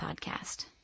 podcast